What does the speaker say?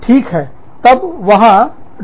ठीक है तब वहां डराया भयभीत किया जाता है